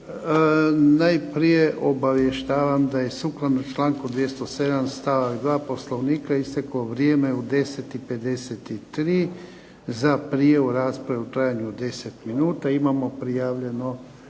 Najprije obavještavam da je sukladno članku 207. stavak 2. Poslovnika isteklo vrijem eu 10 i 53 za prijavu rasprave u trajanju od 10 minuta imamo prijavljeno